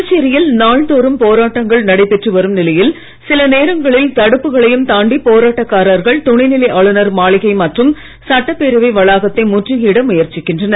புதுச்சேரியில் நாள்தோறும்போராட்டங்கள்நடைபெற்றுவரும்நிலையில் சிலநேரங்களில்தடுப்புகளையும்தாண்டிபோராட்டக்காரர்கள்துணைநிலை ஆளுனர்மாளிகைமற்றும்சட்டப்பேரவைவளாகத்தைமுற்றுகையிடமுயற்சி க்கின்றனர்